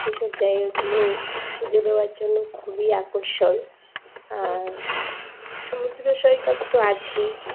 এইসব জায়গাগুলো পুজো দেওয়ার জন্য খুবই আকর্ষণ আর সমুদ্র সৈকত তো আছেই